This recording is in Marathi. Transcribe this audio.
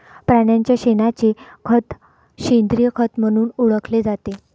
प्राण्यांच्या शेणाचे खत सेंद्रिय खत म्हणून ओळखले जाते